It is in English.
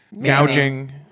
gouging